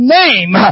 name